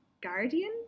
guardian